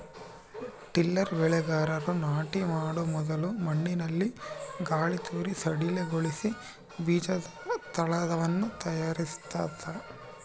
tiller ಬೆಳೆಗಾರರು ನಾಟಿ ಮಾಡೊ ಮೊದಲು ಮಣ್ಣಿನಲ್ಲಿ ಗಾಳಿತೂರಿ ಸಡಿಲಗೊಳಿಸಿ ಬೀಜದ ತಳವನ್ನು ತಯಾರಿಸ್ತದ